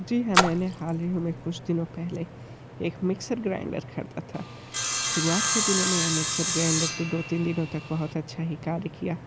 जी हाँ मैंने हाल ही में कुछ दिनों पहले एक मिक्सर ग्राइंडर खरीदा था शुरआत के दिनों में मिक्सर ग्राइंडर दो तीन दिनों तक बहुत अच्छा ही कार्य किया